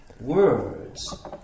words